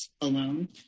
alone